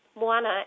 Moana